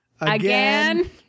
Again